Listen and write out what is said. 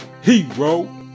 Hero